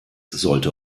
sollte